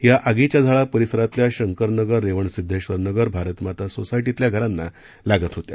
या आगीच्या झळा परिसरातल्या शंकर नगर रेवणसिध्देश्वर नगर भारातमाता सोसायटीतल्या घरांना लागत होत्या